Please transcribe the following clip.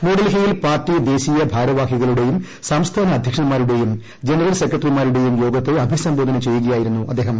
ന്യൂഡൽഹിയിൽ പാർട്ടി ദേശീയ ഭാരവാഹികളുടേയും സംസ്ഥാന അധൃക്ഷന്മാരുടെയും ജനറൽ സെക്രട്ടറിമാരുടെയും യോഗത്തെ അഭിസംബോധന ചെയ്യുകയായിരുന്നു അദ്ദേഹം